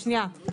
רגע שנייה,